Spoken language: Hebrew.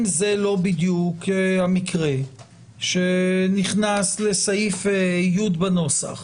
זה לא בדיוק המקרה שנכנס לסעיף י' בנוסח